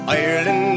ireland